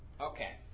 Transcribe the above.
Okay